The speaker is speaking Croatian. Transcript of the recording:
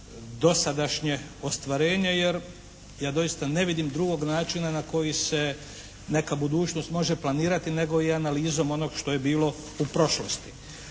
dosadašnje ostvarenje jer ja doista ne vidim drugog načina na koji se neka budućnost može planirati nego i analizom onog što je bilo u prošlosti.